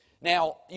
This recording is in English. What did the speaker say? Now